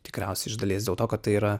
tikriausiai iš dalies dėl to kad tai yra